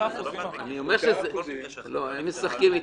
הם משחקים איתי.